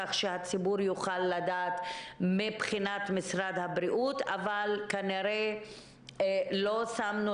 כך שהציבור יוכל לדעת מבחינת משרד הבריאות אבל כנראה לא שמנו